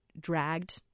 Dragged